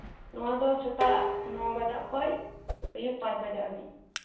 ᱱᱚᱣᱟ ᱫᱚ ᱥᱮᱛᱟᱜ ᱱᱚ ᱵᱟᱡᱟᱜ ᱠᱷᱚᱡ ᱟᱹᱭᱩᱵ ᱱᱚ ᱵᱟᱡᱟᱜ ᱫᱷᱟᱹᱵᱤᱡ